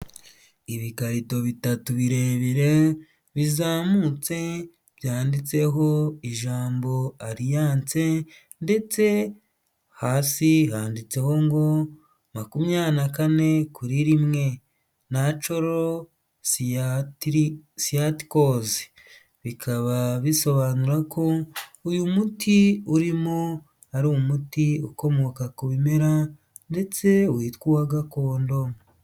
Ibikarito bitatu birebire bizamutse byanditseho ijambo alliance ndetse hasi handitseho ngo makumya na kane kuri rimwe nacuro siyanti kose, bikaba bisobanura ko uyu muti urimo ari umuti ukomoka ku bimera ndetse witwa uwa gakondo.